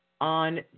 on